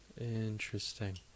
Interesting